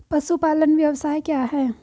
पशुपालन व्यवसाय क्या है?